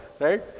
right